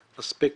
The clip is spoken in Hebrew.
אספקטים.